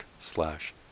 slash